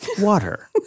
water